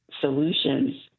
solutions